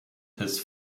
his